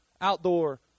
Outdoor